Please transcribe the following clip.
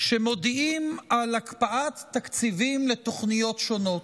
שמודיעים על הקפאת תקציבים לתוכניות שונות.